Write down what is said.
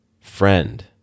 friend